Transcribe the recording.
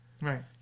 Right